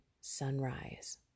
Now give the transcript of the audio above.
sunrise